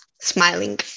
smiling